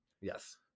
yes